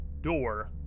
door